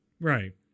Right